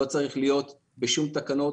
לא צריך להיות בשום תקנות.